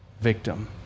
victim